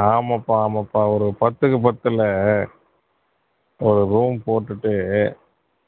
ஆமாப்பா ஆமாப்பா ஒரு பத்துக்கு பத்தில் ஒரு ரூம் போட்டுட்டு